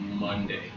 Monday